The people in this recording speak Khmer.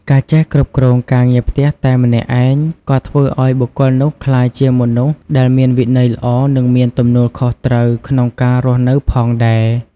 ការចេះគ្រប់គ្រងការងារផ្ទះតែម្នាក់ឯងក៏ធ្វើឱ្យបុគ្គលនោះក្លាយជាមនុស្សដែលមានវិន័យល្អ និងមានទំនួលខុសត្រូវក្នុងការរស់នៅផងដែរ។